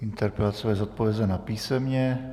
Interpelace bude zodpovězena písemně.